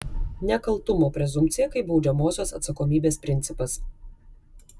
nekaltumo prezumpcija kaip baudžiamosios atsakomybės principas